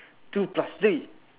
two plus three